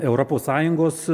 europos sąjungos